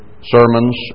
sermons